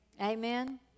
Amen